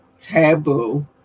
taboo